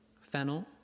Fennel